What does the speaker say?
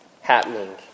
happening